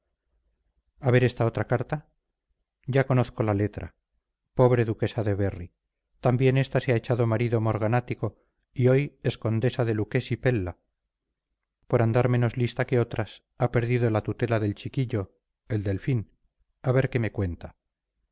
a ver esta otra carta ya conozco la letra pobre duquesa de berry también esta se ha echado marido morganático y hoy es condesa de lucchesi pella por andar menos lista que otras ha perdido la tutela del chiquillo el delfín a ver qué me cuenta